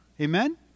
Amen